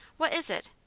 what is it?